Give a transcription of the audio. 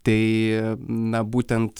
tai na būtent